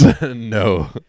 no